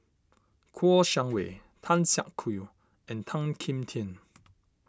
Kouo Shang Wei Tan Siak Kew and Tan Kim Tian